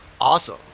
awesome